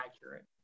accurate